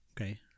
Okay